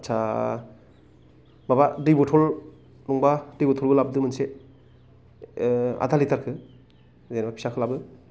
आच्चा माबा दै बटल दंबा दै बटलबो लाबोदो मोनसे आधा लिटारखौ जेनेबा फिसाखौ लाबो